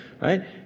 Right